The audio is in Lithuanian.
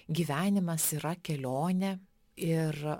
gyvenimas yra kelionė ir